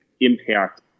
impact